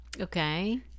Okay